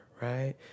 right